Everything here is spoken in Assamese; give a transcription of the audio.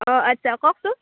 অঁ আচ্ছা কওকচোন